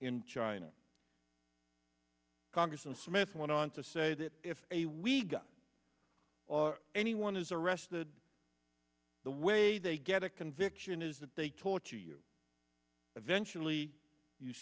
in china congressman smith went on to say that if a we got or anyone is arrested the way they get a conviction is that they torture you eventually you